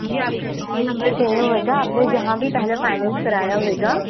जी आपका account number चाहिए होगा आपने जहाँ भी पहले फ़ाइनैन्स कराया होगा